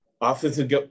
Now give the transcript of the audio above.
Offensive